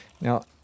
Now